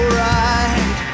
right